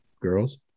Girls